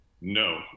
No